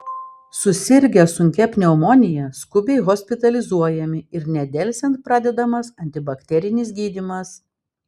susirgę sunkia pneumonija skubiai hospitalizuojami ir nedelsiant pradedamas antibakterinis gydymas